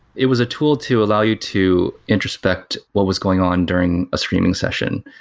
it was a tool to allow you to introspect what was going on during a screening session.